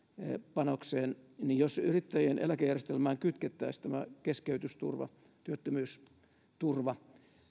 panokseen niin jos yrittäjien eläkejärjestelmään kytkettäisiin tämä keskeytysturva työttömyysturva